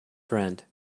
friend